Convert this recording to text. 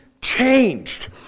changed